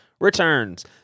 returns